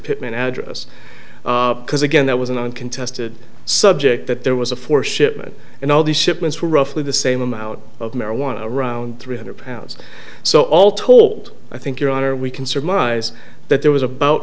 pittman address because again that was an uncontested subject that there was a for shipment and all these shipments were roughly the same amount of marijuana around three hundred pounds so all told i think your honor we can surmise that there was about